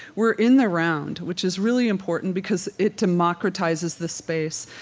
we're in the round, which is really important, because it democratizes the space.